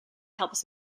helps